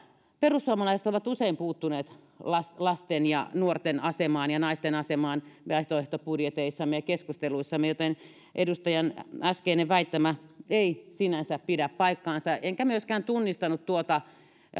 perussuomalaiset olemme usein puuttuneet lasten lasten ja nuorten asemaan ja naisten asemaan vaihtoehtobudjeteissamme ja keskusteluissamme joten edustajan äskeinen väittämä ei sinänsä pidä paikkaansa enkä myöskään tunnistanut tuota